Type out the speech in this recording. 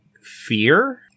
fear